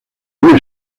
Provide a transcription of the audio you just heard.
una